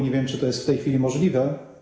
Nie wiem, czy to jest w tej chwili możliwe.